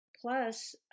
plus